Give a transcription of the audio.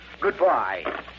Goodbye